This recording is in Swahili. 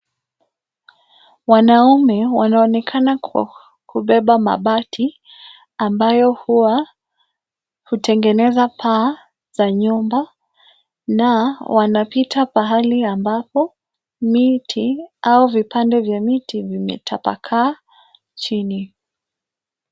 Wanaume wanaonekana kwa kubeba mabati ambayo huwa hutengeneza paa za nyumba, na wanapita pahali ambapo miti au vipande vya miti vimetapakaa chini.